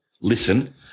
listen